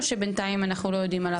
או שבינתיים אנחנו לא יודעים עליו.